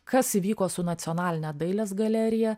kas įvyko su nacionaline dailės galerija